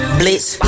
blitz